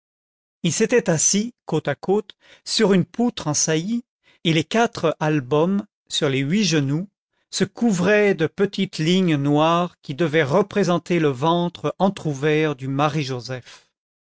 ils s'étaient assis côte à côte sur une poutre en saillie et les quatre albums sur les huit genoux se couvraient de petites lignes noires qui devaient représenter le ventre entr'ouvert du